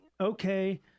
Okay